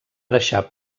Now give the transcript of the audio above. deixar